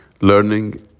Learning